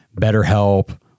BetterHelp